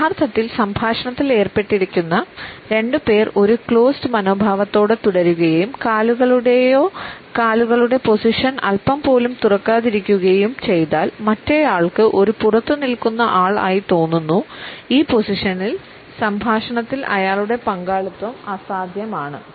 യഥാർത്ഥത്തിൽ സംഭാഷണത്തിൽ ഏർപ്പെട്ടിരുന്ന രണ്ടുപേർ ഒരു ക്ലോസ്ഡ് മനോഭാവത്തോടെ തുടരുകയും കാലുകളുടെയോ കാലുകളുടെ പൊസിഷൻ അല്പം പോലും തുറക്കാതിരിക്കുകയും ചെയ്താൽ മറ്റേയാൾക്ക് ഒരു പുറത്തുനിൽക്കുന്ന ആൾ ആയി തോന്നുന്നു ഈ പൊസിഷനിൽ സംഭാഷണത്തിൽ അയാളുടെ പങ്കാളിത്തം അസാധ്യമാണ്